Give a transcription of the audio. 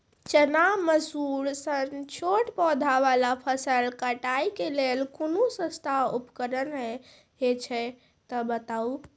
चना, मसूर सन छोट पौधा वाला फसल कटाई के लेल कूनू सस्ता उपकरण हे छै तऽ बताऊ?